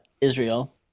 Israel